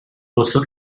also